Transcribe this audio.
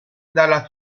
dalla